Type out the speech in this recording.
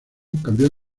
cambió